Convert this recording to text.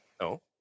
No